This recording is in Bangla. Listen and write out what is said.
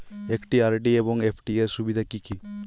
একটি আর.ডি এবং এফ.ডি এর সুবিধা কি কি?